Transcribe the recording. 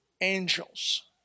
angels